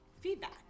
feedback